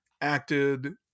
acted